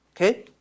okay